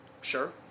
sure